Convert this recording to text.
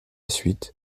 suite